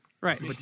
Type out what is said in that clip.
right